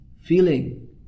feeling